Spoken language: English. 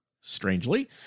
strangely